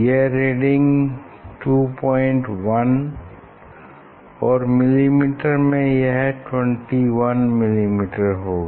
यह रीडिंग है 21 और मिलीमीटर में यह 21 मिलीमीटर होगा